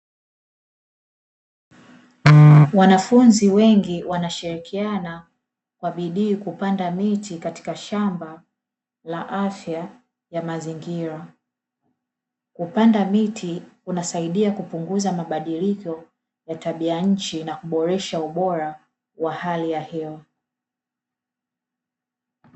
Wanafunzi wengi wanashirikiana kwa bidii kupanda miti ,katika shamba wa afya ya mazingira .Kupanda miti kunasaidia kupunguza mabadiliko wa tabia ya nchi na kuboresha ubora wa hali ya hewa.